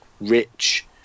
rich